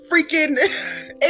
freaking